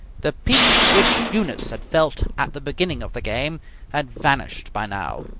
the pique which eunice had felt at the beginning of the game had vanished by now.